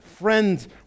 friends